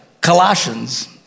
Colossians